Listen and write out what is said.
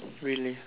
really